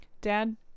dad